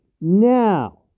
Now